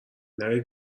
نری